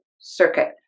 circuit